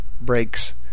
breaks